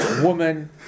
woman